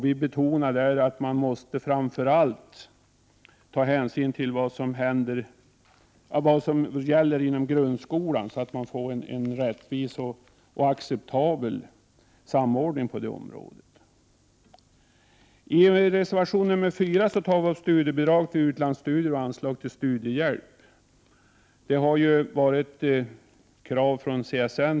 Vi betonar att man framför allt måste ta hänsyn till vad som gäller inom grundskolan för att det skall bli en rättvis och acceptabel samordning på detta område. Reservation nr 4 handlar om studiebidrag vid utlandsstudier och anslag till studiehjälp. Detta har tidigare varit ett krav från CSN.